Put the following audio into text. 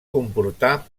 comportar